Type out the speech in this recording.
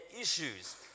issues